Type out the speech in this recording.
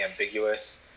ambiguous